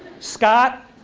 scott.